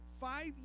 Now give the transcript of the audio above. five